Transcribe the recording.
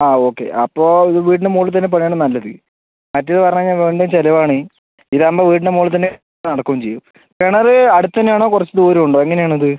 ആ ഓക്കെ അപ്പം ഇത് വീടിൻ്റെ മുകളിൽ തന്നെ പണിയാണ് നല്ലത് മറ്റേത് പറഞ്ഞ് കഴിഞ്ഞാൽ വീണ്ടും ചിലവാണ് ഇത് ആവുമ്പം വീട്ടിൻ്റെ മുളിൽ തന്നെ നടക്കേം ചെയ്യും കിണർ അടുത്തന്നെ ആണോ കുറച്ച് ദൂരം ഉണ്ടോ എങ്ങനെ ആണ് അത്